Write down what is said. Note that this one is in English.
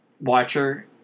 Watcher